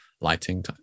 lighting